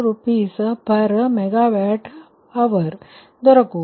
76 RsMWhr ದೊರಕುವುದು